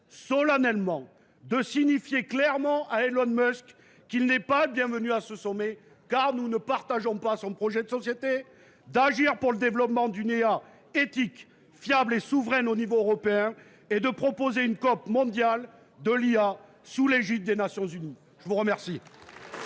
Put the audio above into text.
Gouvernement de signifier clairement à Elon Musk qu’il n’est pas le bienvenu à ce sommet, car nous ne partageons pas son projet de société ; d’agir pour le développement d’une IA éthique, fiable et souveraine à l’échelle européenne ; et de proposer une COP mondiale sur l’IA sous l’égide des Nations unies. Bravo ! La parole